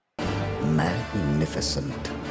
Magnificent